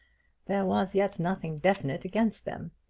there was yet nothing definite against them.